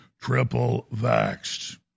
triple-vaxxed